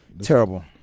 terrible